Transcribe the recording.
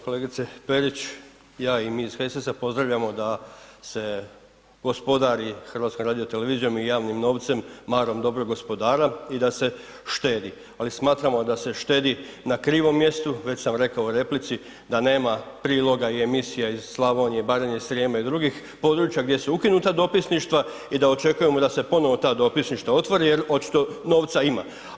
Kolegice Perić ja i mi iz HSS-a pozdravljamo da se gospodari HRT-om i javnim novcem marom dobrog gospodara i da se štedi, ali smatramo da se štedi na krivom mjestu, već sam rekao u replici da nema priloga i emisija iz Slavonije, Baranje i Srijema i drugih područja gdje su ukinuta dopisništava i da očekujemo da se ponovo ta dopisništava otvore jer očito novca ima.